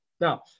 Now